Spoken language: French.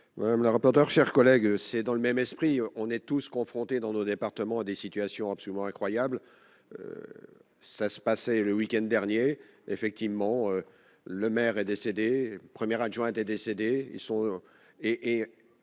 madame la rapporteure, chers collègues, c'est dans le même esprit, on est tous confrontés dans nos départements, à des situations absolument incroyables, ça se passait le week-end dernier, effectivement, le maire est décédé, première adjointe est décédé,